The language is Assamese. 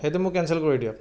সেইটো মোক কেনচেল কৰি দিয়ক